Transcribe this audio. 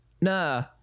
nah